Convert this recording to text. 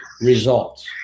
results